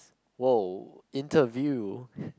!woah! interview